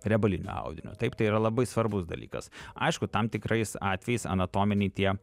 riebalinio audinio taip tai yra labai svarbus dalykas aišku tam tikrais atvejais anatominiai tie